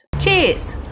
cheers